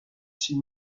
six